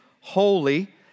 holy